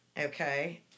Okay